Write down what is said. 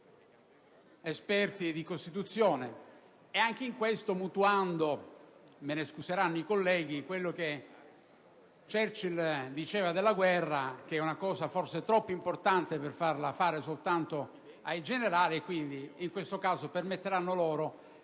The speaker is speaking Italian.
esperti di Costituzione, anche in questo mutuando - me ne scuseranno i colleghi - quel che Churchill diceva a proposito della guerra, cioè che è una cosa troppo importante per farla fare soltanto ai generali, per cui, in questo caso, permetteranno che